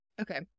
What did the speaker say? Okay